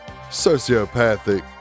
sociopathic